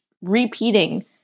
repeating